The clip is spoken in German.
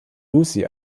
lucy